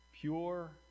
pure